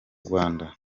rwanda